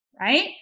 right